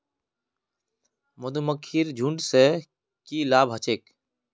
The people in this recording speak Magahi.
मधुमक्खीर झुंड स की लाभ ह छेक